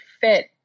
fit